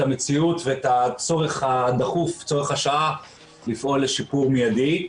המציאות ואת הצורך השעה הדחוף לפעול לשיפור מידי.